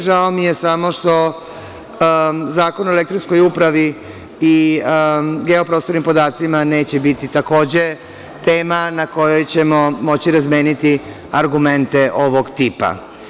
Žao mi je samo što Zakon o elektronskoj upravi i geoprostornim podacima neće biti takođe tema na kojoj ćemo moći razmeniti argumente ovog tipa.